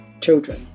children